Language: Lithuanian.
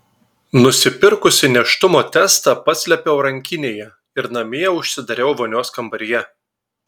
nusipirkusi nėštumo testą paslėpiau rankinėje ir namie užsidariau vonios kambaryje